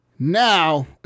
Now